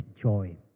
joy